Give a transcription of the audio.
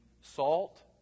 salt